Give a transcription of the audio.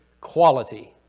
quality